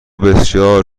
بسیار